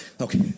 Okay